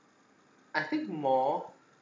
I think more